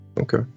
Okay